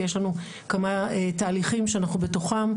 כי יש לנו כמה תהליכים שאנחנו בתוכם,